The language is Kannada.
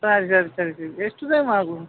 ಎಷ್ಟು ಟೈಮ್ ಆಗ್ಬೋದು